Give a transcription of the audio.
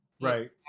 Right